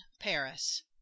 paris